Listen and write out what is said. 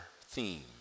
theme